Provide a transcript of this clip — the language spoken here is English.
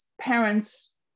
parents